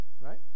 Right